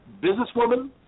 businesswoman